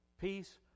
peace